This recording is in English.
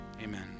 Amen